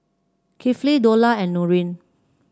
Kifli Dollah and Nurin